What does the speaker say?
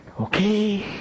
Okay